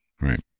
right